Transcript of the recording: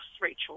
Rachel